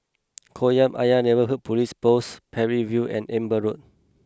Kolam Ayer Neighbourhood Police Post Parry View and Amber Road